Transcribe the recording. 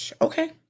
Okay